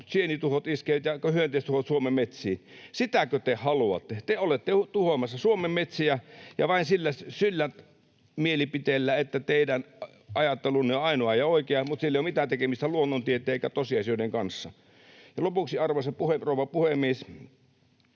sienituhot ja hyönteistuhot iskevät Suomen metsiin. Sitäkö te haluatte? Te olette olleet tuhoamassa Suomen metsiä ja vain sillä mielipiteellä, että teidän ajattelunne on ainoa ja oikea, mutta sillä ei ole mitään tekemistä luonnontieteen eikä tosiasioiden kanssa. Lopuksi, arvoisa rouva puhemies: